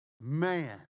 Man